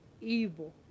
evil